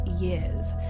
years